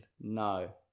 No